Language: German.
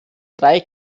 drei